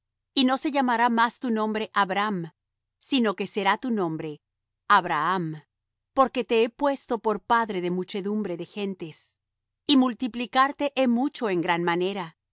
y no se llamará más tu nombre abram sino que será tu nombre abraham porque te he puesto por padre de muchedumbre de gentes y multiplicarte he mucho en gran manera